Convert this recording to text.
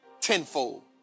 tenfold